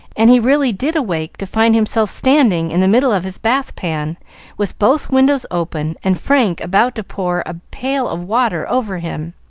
and he really did awake to find himself standing in the middle of his bath-pan with both windows open, and frank about to pour a pail of water over him.